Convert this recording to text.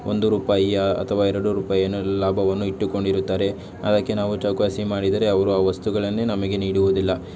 ಒಂದು ರೂಪಾಯಿಯ ಅಥವಾ ಎರಡು ರೂಪಾಯನ್ನು ಲಾಭವನ್ನು ಇಟ್ಟುಕೊಂಡಿರುತ್ತಾರೆ ಅದಕ್ಕೆ ನಾವು ಚೌಕಾಸಿ ಮಾಡಿದರೆ ಅವರು ಆ ವಸ್ತುಗಳನ್ನೇ ನಮಗೆ ನೀಡುವುದಿಲ್ಲ